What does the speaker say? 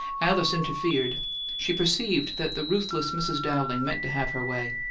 alice interfered she perceived that the ruthless mrs. dowling meant to have her way.